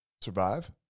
survive